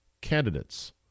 candidates